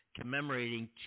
commemorating